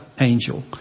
angel